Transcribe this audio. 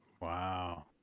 Wow